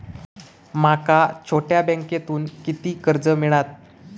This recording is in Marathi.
माका छोट्या बँकेतून किती कर्ज मिळात?